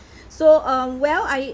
so um well I